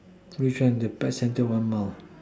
so which one the patch until one mouth